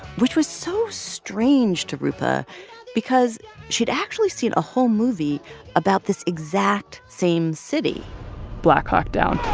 which was so strange to roopa because she'd actually seen a whole movie about this exact same city black hawk down.